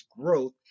growth